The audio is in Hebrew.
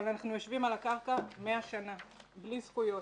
אנחנו יושבים על הקרקע 100 שנה בלי זכויות.